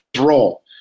role